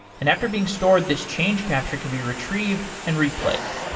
and after being stored, this change capture can be retrieved and replayed.